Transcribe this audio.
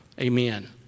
amen